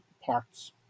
parts